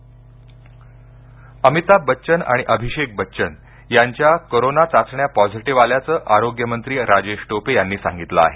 अमिताभ अमिताभ बच्चन आणि अभिषेक बच्चन यांच्या कोरोना चाचण्या पोसीटिव्ह आल्याचं आरोग्य मंत्री राजेश टोपे यांनी सांगितलं आहे